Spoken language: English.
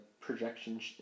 projections